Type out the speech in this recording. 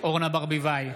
אורנה ברביבאי,